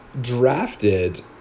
drafted